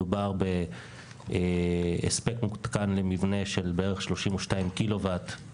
מדובר בהספק מותקן של בערך 32 קילו-וואט למבנה,